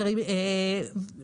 מרימים את המכונית על ג'ק.